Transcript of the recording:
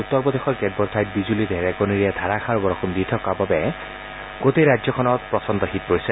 উত্তৰ প্ৰদেশৰ কেতবোৰ ঠাইত বিজুলী ধেৰেকণীৰে ধাৰাসাৰ বৰষুণ দি থকা বাবে সমগ্ৰ ৰাজ্যখনত প্ৰচণ্ড শীত পৰিছে